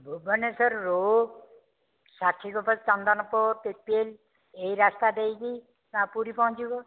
ଭୁବନେଶ୍ୱରରୁ ସାକ୍ଷୀଗୋପାଳ ଚନ୍ଦନପୁର ପିପିଲି ଏହି ରାସ୍ତା ଦେଇକି ପୁରୀ ପହଞ୍ଚିବ